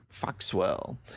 Foxwell